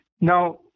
Now